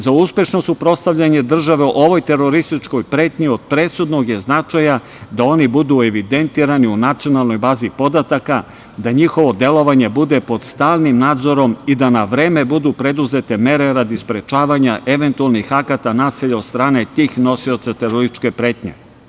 Za uspešno suprotstavljanje države ovoj terorističkoj pretnji od presudnog je značaja da oni budu evidentirani u nacionalnoj bazi podataka, da njihovo delovanje bude pod stalnim nadzorom i da na vreme budu preduzete mere radi sprečavanja eventualnih akata nasilja od strane tih nosioca terorističke pretnje.